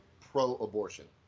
pro-abortion